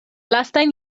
lastajn